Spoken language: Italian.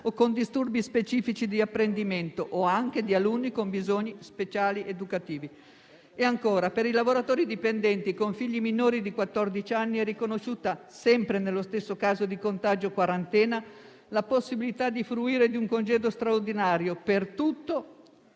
con disturbi specifici di apprendimento o anche di alunni con bisogni speciali educativi. Per i lavoratori dipendenti con figli minori di quattordici anni è riconosciuta, sempre nel caso di contagio o quarantena, la possibilità di fruire di un congedo straordinario, per tutto o